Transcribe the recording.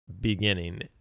beginning